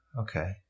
okay